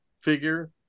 figure